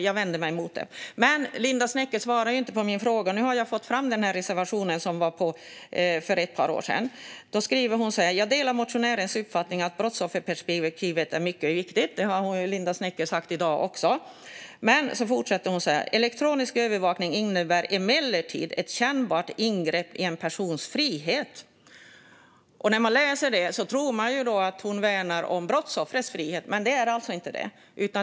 Jag vänder mig mot det. Linda Westerlund Snecker svarar inte på min fråga. Nu har jag fått fram reservationen från ett par år sedan. Hon skriver: "Jag delar motionärernas uppfattning att brottsofferperspektivet är mycket viktigt." Det har Linda Westerlund Snecker också sagt i dag. Men hon fortsätter: "Elektronisk övervakning innebär emellertid ett kännbart ingrepp i en persons frihet." När man läser det tror man att hon värnar om brottsoffrets frihet, men det är alltså inte det.